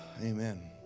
amen